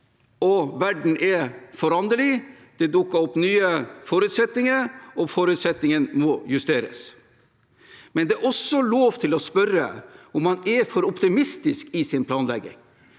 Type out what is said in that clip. verden er foranderlig, det dukker opp nye forutsetninger, og forutsetningene må justeres. Det er også lov til å spørre om man er for optimistisk i sin planlegging,